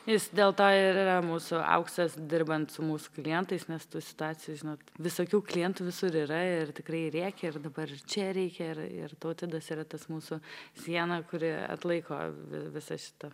jis dėl to ir yra mūsų auksas dirbant su mūsų klientais nes tų situacijų žinot visokių klientų visur yra ir tikrai rėkė ir dabar ir čia reikia ir ir tautvydas yra tas mūsų siena kuri atlaiko visa šita